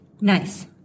Nice